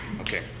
Okay